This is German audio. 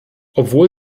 obwohl